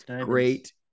great